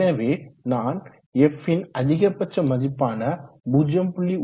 எனவே நான் f ன் அதிகபட்ச மதிப்பான 0